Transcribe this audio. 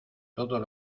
todos